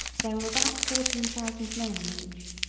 there were about fourteen thousand men in each.